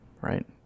right